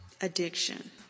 addiction